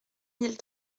mille